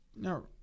no